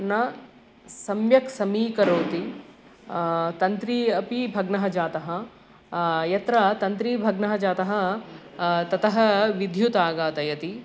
न सम्यक् समीकरोति तन्त्री अपि भग्ना जाता यत्र तन्त्री भग्ना जाता ततः विद्युत् आगच्छति